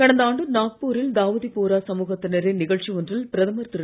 கடந்த ஆண்டு நாக்பூ ரில் தாவூதி போரா சமூகத்தினரின் நிகழ்ச்சி ஒன்றில் பிரதமர் திரு